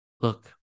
look